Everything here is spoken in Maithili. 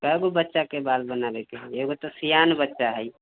कएगो बच्चाके बाल बनाबयके हइ एगो तऽ सियान बच्चा हइ